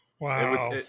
Wow